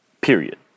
Period